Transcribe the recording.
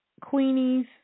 Queenie's